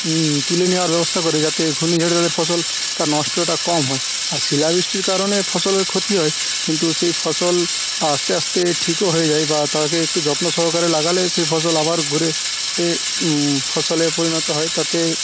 তুলে নেওয়ার ব্যবস্থা করে যাতে ঘূর্ণিঝড়ে তাদের ফসলটা নষ্টটা কম হয় আর শিলাবৃষ্টির কারণে ফসল ক্ষতি হয় কিন্তু সেই ফসল আস্তে আস্তে ঠিকও হয়ে যায় বা তাকে একটু যত্ন সহকারে লাগালে সে ফসল আবার গড়ে ফসলে পরিণত হয় তাতে